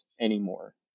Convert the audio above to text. anymore